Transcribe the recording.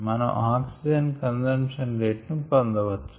మనం oxygen consumption rate ను పొందవచ్చు